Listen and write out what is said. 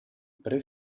pre